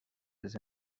his